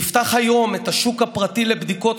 תפתח היום את השוק הפרטי לבדיקות,